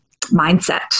mindset